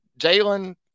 Jalen